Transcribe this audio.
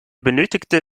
benötigte